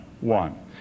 one